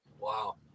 Wow